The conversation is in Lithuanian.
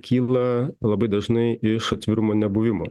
kyla labai dažnai iš atvirumo nebuvimo